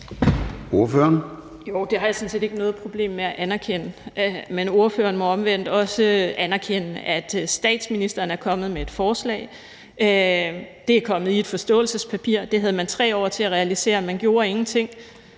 (SF): Jo, det har jeg sådan set ikke noget problem med at anerkende, men fru Camilla Fabricius må omvendt også anerkende, at statsministeren er kommet med et forslag. Det er kommet i et forståelsespapir, det havde man 3 år til at realisere, og man gjorde ingenting.